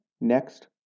Next